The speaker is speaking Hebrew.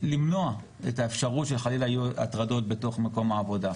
למנוע את האפשרות שחלילה יהיו הטרדות בתוך מקום העבודה.